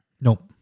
Nope